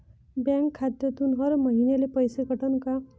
Bank खात्यातून हर महिन्याले पैसे कटन का?